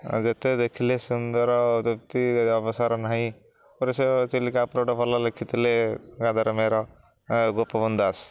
ଆଉ ଯେତେ ଦେଖିଲେ ସୁନ୍ଦର ତୃପ୍ତିର ଅବସାଦ ନାହିଁ ଉପରେ ସେ ଚିଲିକା ଉପରେ ଗୋଟେ ଭଲ ଲେଖିଥିଲେ ଗଙ୍ଗାଧର ମେହର ଗୋପବନ୍ଧୁ ଦାସ